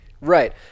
right